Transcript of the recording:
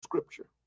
scripture